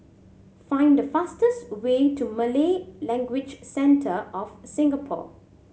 find the fastest way to Malay Language Centre of Singapore